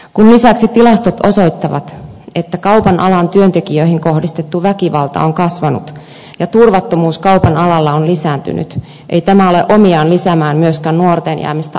kun lisäksi tilastot osoittavat että kaupan alan työntekijöihin kohdistettu väkivalta on kasvanut ja turvattomuus kaupan alalla on lisääntynyt ei tämä ole omiaan lisäämään myöskään nuorten jäämistä alalle